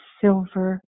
silver